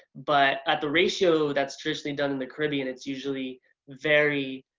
but at the ratio that's traditionally done in the caribbean it's usually very